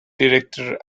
director